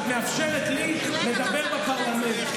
שאת מאפשרת לי לדבר בפרלמנט,